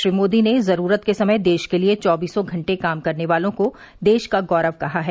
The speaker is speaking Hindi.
श्री मोदी ने जरूरत के समय देश के लिए चौबीसों घंटे काम करने वालों को देश का गौरव कहा है